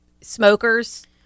smokers